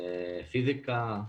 פיזיקה,